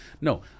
no